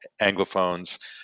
Anglophones